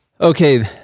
Okay